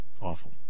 Awful